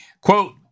Quote